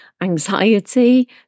anxiety